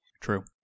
True